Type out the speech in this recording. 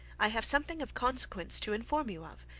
i have something of consequence to inform you of,